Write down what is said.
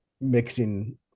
mixing